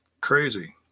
crazy